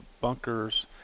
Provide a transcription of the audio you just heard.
bunkers